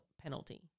penalty